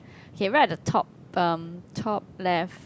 K right at the top um top left